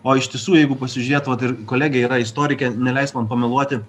o iš tiesų jeigu pasižiūrėt vat ir kolegė yra istorikė neleis man pameluoti